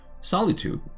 solitude